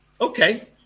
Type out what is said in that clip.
Okay